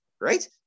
right